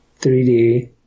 3D